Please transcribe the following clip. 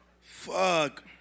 Fuck